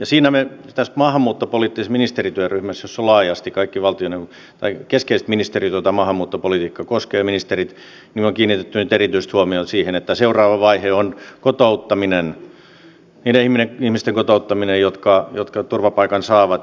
ja tässä maahanmuuttopoliittisessa ministerityöryhmässä jossa on laajasti kaikki keskeiset ministerit joita maahanmuuttopolitiikka koskee on kiinnitetty nyt erityistä huomiota siihen että seuraava vaihe on niiden ihmisten kotouttaminen jotka turvapaikan saavat